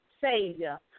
Savior